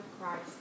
Christ